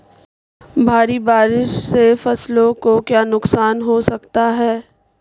भारी बारिश से फसलों को क्या नुकसान हो सकता है?